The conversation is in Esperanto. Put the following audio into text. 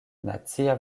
nacia